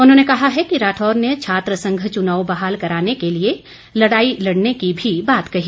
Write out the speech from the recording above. उन्होंने कहा है कि राठौर ने छात्र संघ चुनाव बहाल कराने के लिए लड़ाई लड़ने की भी बात कही